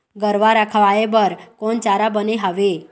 गरवा रा खवाए बर कोन चारा बने हावे?